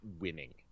winning